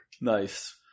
Nice